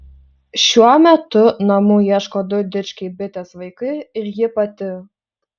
šiuo metu namų ieško du dičkiai bitės vaikai ir ji pati